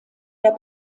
der